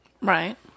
Right